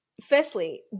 Firstly